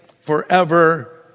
forever